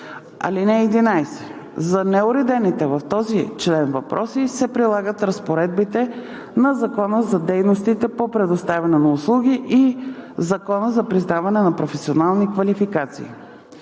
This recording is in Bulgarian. му. (11) За неуредените в този член въпроси се прилагат разпоредбите на Закона за дейностите по предоставяне на услуги и Закона за признаване на професионални квалификации.